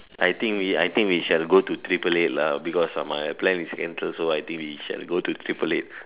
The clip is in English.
I think we I think we shall go to triple eight lah because my plan is in uh so I think we shall go to triple eight